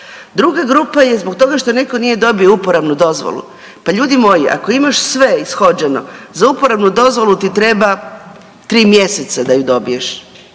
Druga grupa je zbog toga što netko nije dobio uporabnu dozvolu. Pa ljudi moji ako imaš sve ishođeno za uporabnu dozvolu ti treba 3 mjeseca da ju dobiješ.